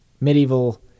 medieval